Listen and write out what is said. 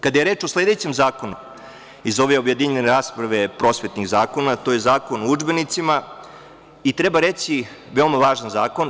Kada je reč o sledećem zakonu iz ove objedinjene rasprave prosvetnih zakona, to je Zakon o udžbenicima, veoma važan zakon.